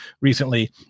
recently